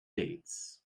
dates